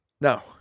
No